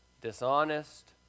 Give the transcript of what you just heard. dishonest